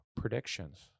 predictions